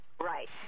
Right